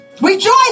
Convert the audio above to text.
Rejoice